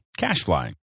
CashFly